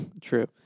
true